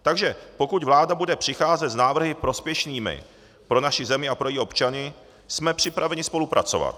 Takže pokud vláda bude přicházet s návrhy prospěšnými pro naši zemi a pro její občany, jsme připraveni spolupracovat.